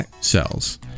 cells